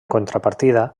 contrapartida